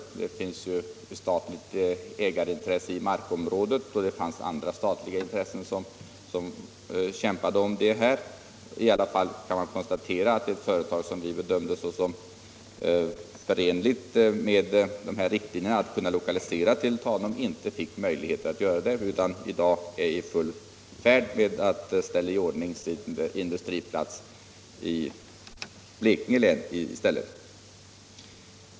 Det fanns ju ett statligt ägarintresse i markområdet, och det fanns även andra statliga intressen som kämpade om företaget. I alla fall kan man konstatera att ett företag som vi bedömde såsom förenligt med riktlinjerna om lokalisering till Tanum inte fick möjlighet att etablera sig där utan i dag är i full färd med att ställa i ordning en industriplats i Blekinge län i stället.